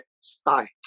start